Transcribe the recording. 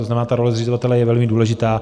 To znamená, ta role zřizovatele je velmi důležitá.